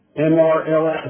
MRLS